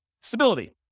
Stability